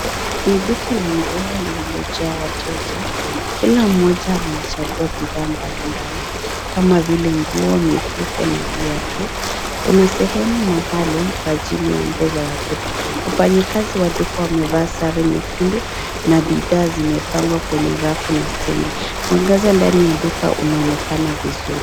Ni duka la nguo lililojaa wateja, kila mmoja anachagua bidhaa mbalimbali kama vile nguo, mifuko na viatu. Kuna sehemu maalumu kwa ajili ya nguo za watoto. Wafanyakazi wadogo wamevaa sare nyekundu na bidhaa zimepangwa kwenye rafu na stendi. Mwangaza ndani ya duka unaonekana vizuri.